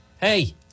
hey